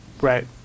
Right